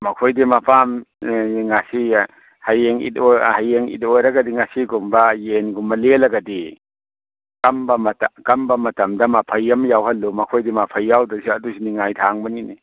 ꯃꯈꯣꯏꯗꯤ ꯃꯄꯥꯝ ꯑꯦ ꯉꯁꯤ ꯍꯌꯦꯡ ꯏꯗ ꯑꯣꯏꯔꯒꯗꯤ ꯉꯁꯤꯒꯨꯝꯕ ꯌꯦꯟꯒꯨꯝꯕ ꯂꯦꯜꯂꯒꯗꯤ ꯀꯝꯕ ꯃꯇꯝꯗ ꯃꯐꯩ ꯑꯃ ꯌꯥꯎꯍꯜꯂꯨ ꯃꯈꯣꯏꯗꯤ ꯃꯐꯩ ꯌꯥꯎꯗ꯭ꯔꯁꯨ ꯑꯗꯨꯏꯁꯨ ꯅꯤꯡꯉꯥꯏ ꯊꯥꯡꯕꯅꯤꯅꯦ